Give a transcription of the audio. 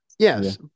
Yes